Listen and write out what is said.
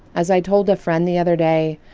as i told a friend the other day,